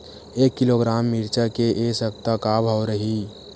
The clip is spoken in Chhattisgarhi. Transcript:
एक किलोग्राम मिरचा के ए सप्ता का भाव रहि?